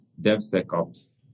DevSecOps